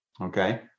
Okay